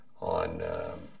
on –